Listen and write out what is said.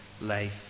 life